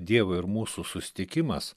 dievo ir mūsų susitikimas